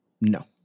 No